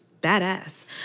badass